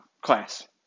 class